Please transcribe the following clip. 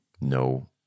no